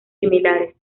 similares